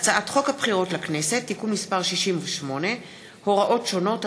הצעת חוק הבחירות לכנסת (תיקון מס' 68) (הוראות שונות),